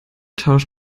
tausch